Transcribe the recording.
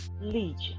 Legion